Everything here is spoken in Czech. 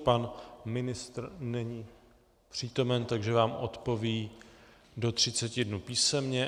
Pan ministr není přítomen, takže vám odpoví do 30 dnů písemně.